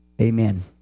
Amen